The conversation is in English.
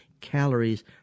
calories